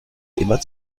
immer